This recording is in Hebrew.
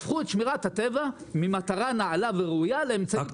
הפכו את שמירת הטבע ממטרה נעלה וראויה לאמצעי פסול.